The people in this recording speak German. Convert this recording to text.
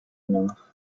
nach